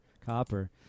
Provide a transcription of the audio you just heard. copper